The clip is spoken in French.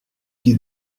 qui